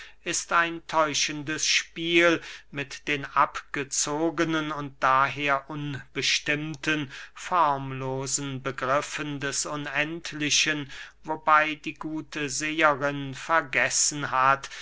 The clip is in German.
ist ein täuschendes spiel mit den abgezogenen und daher unbestimmten formlosen begriffen des unendlichen wobey die gute seherin vergessen hat